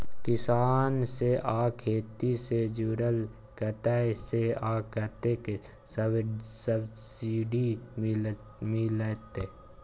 किसान से आ खेती से जुरल कतय से आ कतेक सबसिडी मिलत?